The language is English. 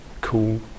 cool